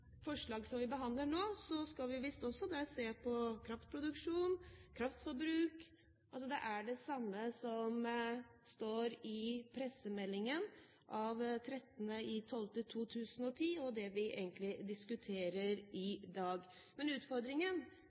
forslag, det vi behandler nå, skal vi visst også der se på kraftproduksjon, kraftforbruk. Det er egentlig det samme som står i pressemeldingen av 13. desember 2010, som det vi diskuterer i dag. Men